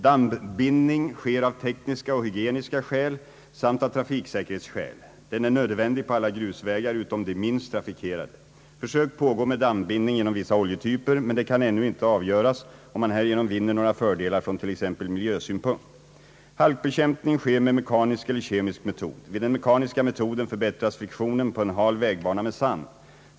Dammbindning sker av tekniska och hygieniska skäl samt av trafiksäkerhetsskäl. Den är nödvändig på alla grusvägar utom de minst trafikerade. Försök pågår med dammbindning genom vissa oljetyper, men det kan ännu inte avgöras om man härigenom vinner några fördelar från t.ex. miljösynpunkt. Halkbekämpning sker med mekanisk eller kemisk metod. Vid den mekaniska metoden förbättras friktionen på en hal vägbana med sand.